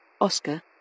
Oscar